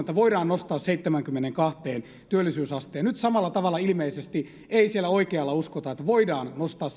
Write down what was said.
että voidaan nostaa seitsemäänkymmeneenkahteen työllisyysaste ja nyt samalla tavalla ilmeisesti ei siellä oikealla uskota että voidaan nostaa